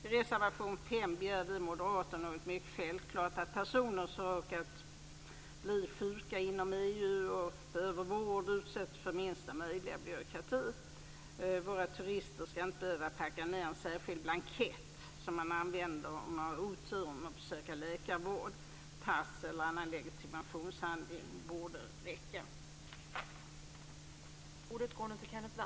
I reservation 5 begär vi moderater något mycket självklart, nämligen att personer som råkar bli sjuka inom EU och behöver vård utsätts för minsta möjliga byråkrati. Våra turister ska inte behöva packa ner en särskild blankett som de ska använda om de har oturen att behöva söka läkarvård. Pass eller annan legitimationshandling borde räcka.